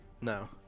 No